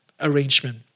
arrangement